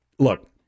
Look